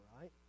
right